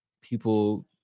people –